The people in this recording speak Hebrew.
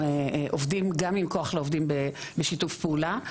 עובדים גם עם כוח לעובדים בשיתוף פעולה,